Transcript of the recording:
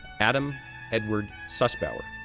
adam edward sussbauer,